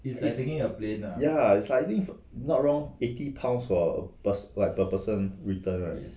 ya is likely if not wrong eighty pounds for a per~ like per person return right